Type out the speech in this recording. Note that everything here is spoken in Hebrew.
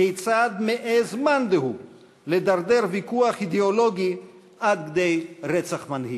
כיצד מעז מאן דהוא לדרדר ויכוח אידיאולוגי עד כדי רצח מנהיג.